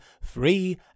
free